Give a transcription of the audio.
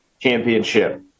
championship